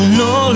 no